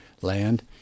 land